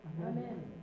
Amen